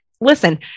listen